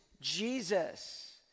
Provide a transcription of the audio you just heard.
Jesus